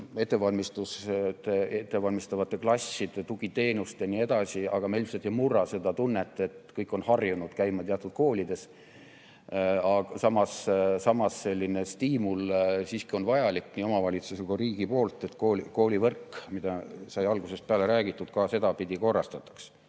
küsimus: ettevalmistavad klassid, tugiteenused ja nii edasi. Aga me ilmselt ei murra seda tunnet, kõik on harjunud käima teatud koolides. Samas selline stiimul siiski on vajalik nii omavalitsuse kui riigi poolt, et koolivõrk, mida sai algusest peale räägitud, ka sedapidi korrastataks.